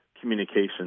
communication